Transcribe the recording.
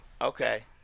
Okay